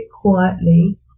quietly